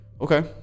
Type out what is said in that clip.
Okay